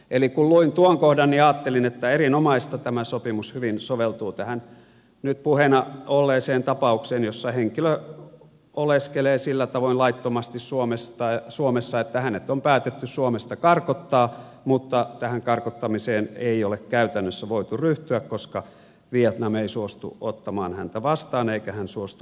eli kun luin tuon kohdan ajattelin että erinomaista tämä sopimus hyvin soveltuu tähän nyt puheena olleeseen tapaukseen jossa henkilö oleskelee sillä tavoin laittomasti suomessa että hänet on päätetty suomesta karkottaa mutta tähän karkottamiseen ei ole käytännössä voitu ryhtyä koska vietnam ei suostu ottamaan häntä vastaan eikä hän suostu vapaaehtoisesti lähtemään